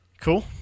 cool